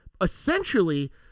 essentially